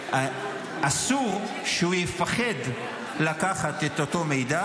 אסור שהוא יפחד לקחת את אותו מידע